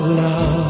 love